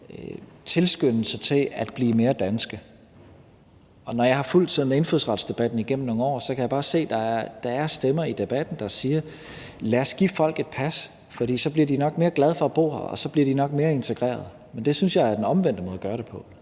tilskyndelse til at blive mere danske. Og når jeg har fulgt indfødsretsdebatten igennem nogle år, kan jeg bare se, at der er stemmer i debatten, der siger: Lad os give folk et pas, for så bliver de nok mere glade for at bo her, og så bliver de nok mere integrerede. Men det synes jeg er den omvendte måde at gøre det på.